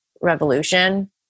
revolution